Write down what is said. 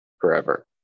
forever